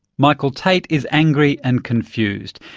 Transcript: michael tait is angry and confused.